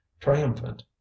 triumphant